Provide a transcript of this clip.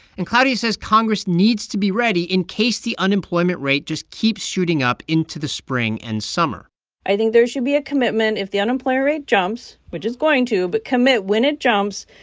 and claudia says congress needs to be ready in case the unemployment rate just keeps shooting up into the spring and summer i think there should be a commitment if the unemployment rate jumps which it's going to but commit when it jumps,